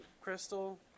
Crystal